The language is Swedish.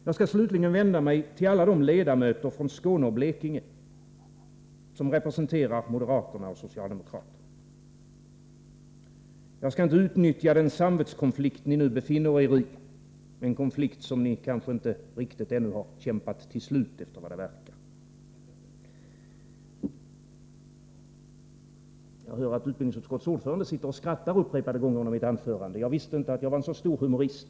Jag skall slutligen vända mig till alla de ledamöter från Skåne och Blekinge som representerar moderaterna och socialdemokraterna. Jag skall inte utnyttja den samvetskonflikt ni nu befinner er i — en konflikt som ni, efter vad det verkar, kanske ännu inte riktigt har kämpat till slut. Jag hör att utbildningsutskottets ordförande skrattar upprepade gånger under mitt anförande. Jag visste inte att jag var en så stor humorist.